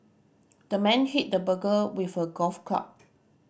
the man hit the burglar with a golf club